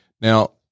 Now